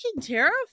terrible